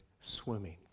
swimming